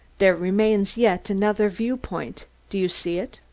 there remains yet another view-point. do you see it?